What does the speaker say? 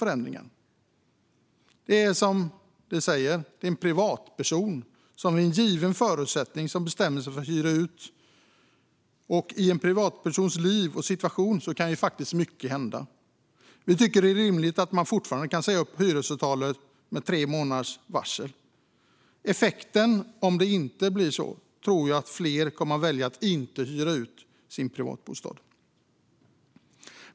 En privatperson bestämmer sig för att hyra ut under givna förutsättningar, men det kan hända mycket i en privatpersons liv och situation. Vi tycker därför att det är rimligt att man fortfarande kan säga upp hyresavtalet med tre månaders varsel. Effekten kan annars bli att fler väljer att inte hyra ut sin privatbostad.